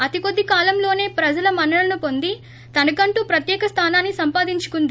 అతికొద్ది కాలంలోనే ప్రజల మన్ననలను వొంది తనకంటూ ప్రత్యేక స్లానాన్ని సంపాదించుకుంది